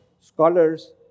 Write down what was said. scholars